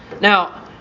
Now